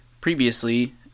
Previously